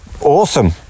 awesome